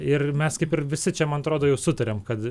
ir mes kaip ir visi čia man atrodo jau sutariam kad